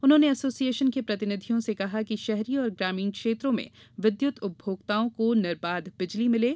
उन्होंने एसोसिएशन के प्रतिनिधियों से कहा कि शहरी और ग्रामीण क्षेत्रों में विद्युत उपभोक्ताओं को निर्बाध बिजली मिले